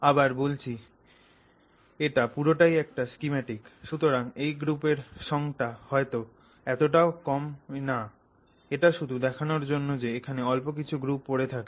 আবার বলছি এটা পুরোটাই একটা স্কিমেটিক সুতরাং এই গ্রুপের সং টা হয়তো এতটাও কমে না এটা শুধু দেখানর জন্য যে এখানে অল্প কিছু গ্রুপ পড়ে থাকে